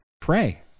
pray